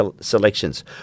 selections